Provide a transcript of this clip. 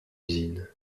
usine